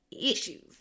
issues